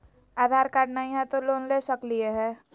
आधार card नही हय, तो लोन ले सकलिये है?